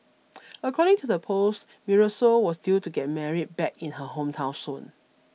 according to the post Marisol was due to get married back in her hometown soon